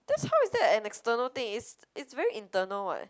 that's how is that an external thing it's it's very internal [what]